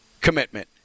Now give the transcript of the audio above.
commitment